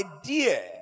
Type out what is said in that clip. idea